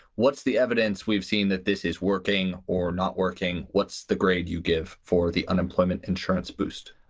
what's the evidence we've seen that this is working or not working? what's the grade you give for the unemployment insurance boost?